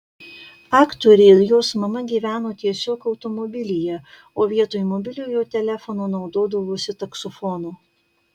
aktorė ir jos mama gyveno tiesiog automobilyje o vietoj mobiliojo telefono naudodavosi taksofonu